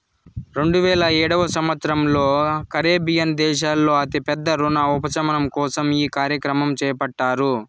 రెండువేల ఏడవ సంవచ్చరంలో కరేబియన్ దేశాల్లో అతి పెద్ద రుణ ఉపశమనం కోసం ఈ కార్యక్రమం చేపట్టారు